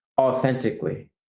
authentically